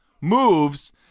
moves